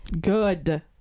Good